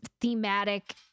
thematic